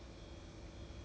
advertisement right